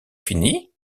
fini